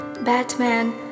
Batman